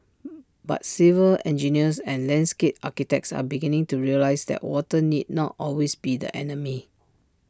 but civil engineers and landscape architects are beginning to realise that water need not always be the enemy